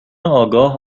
آگاه